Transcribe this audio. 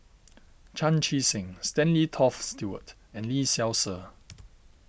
Chan Chee Seng Stanley Toft Stewart and Lee Seow Ser